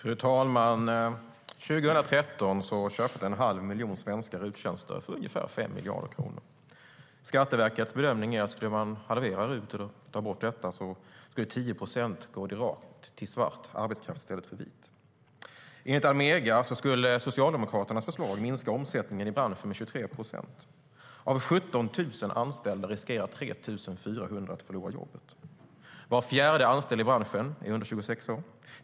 Fru talman! År 2013 köpte en halv miljon svenskar RUT-tjänster för ungefär 5 miljarder kronor. Skatteverkets bedömningar är att skulle man halvera eller ta bort RUT skulle 10 procent gå rakt till svart arbetskraft i stället för vit. Enligt Almega skulle Socialdemokraternas förslag minska omsättningen i branschen med 23 procent. Av 17 000 anställda riskerar 3 400 att förlora jobbet. Var fjärde anställd i branschen är under 26 år.